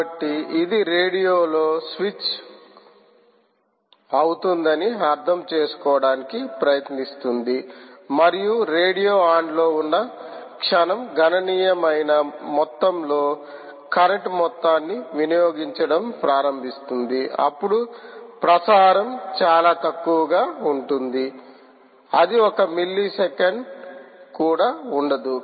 కాబట్టి ఇది రేడియోలో స్విచ్ అవుతుందని అర్థం చేసుకోవడానికి ప్రయత్నిస్తుంది మరియు రేడియో ఆన్లో ఉన్న క్షణం గణనీయమైన మొత్తంలో కరెంట్ మొత్తాన్ని వినియోగించడం ప్రారంభిస్తుంది అప్పుడు ప్రసారం చాలా తక్కువగా ఉంటుంది అది ఒక మిల్లీ సెకన్ కూడా ఉండదు